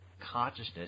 consciousness